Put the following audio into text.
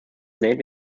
named